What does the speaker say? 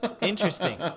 interesting